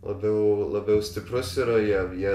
labiau labiau stiprus yra jie jie